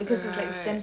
right